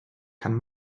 kann